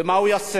ומה הוא יעשה?